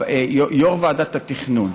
יו"ר ועדת התכנון,